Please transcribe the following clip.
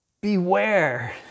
beware